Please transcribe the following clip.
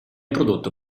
prodotto